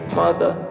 mother